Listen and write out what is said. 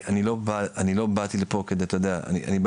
אני באתי לפה כדי לפתור.